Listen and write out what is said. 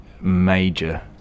major